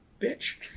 bitch